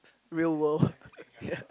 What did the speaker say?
real world ya